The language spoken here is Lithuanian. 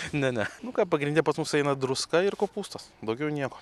ne ne nu ką pagrinde pas mus eina druska ir kopūstas daugiau nieko